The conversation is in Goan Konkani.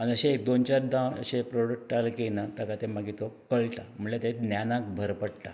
आनी अशें एक दोन चारदां अशे प्रॉडक्ट आले की ना ताका तें मागीर तो कळटा म्हळ्ळ्या तेका न्यानाक भर पडटा